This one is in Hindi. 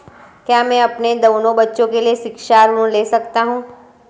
क्या मैं अपने दोनों बच्चों के लिए शिक्षा ऋण ले सकता हूँ?